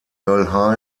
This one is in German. earl